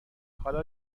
حالا